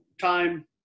time